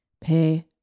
pay